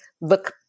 look